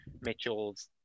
Mitchell's